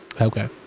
Okay